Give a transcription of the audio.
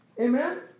Amen